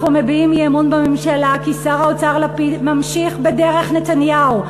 אנחנו מביעים אי-אמון בממשלה כי שר האוצר לפיד ממשיך בדרך נתניהו,